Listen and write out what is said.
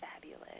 fabulous